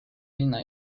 hinna